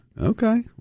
Okay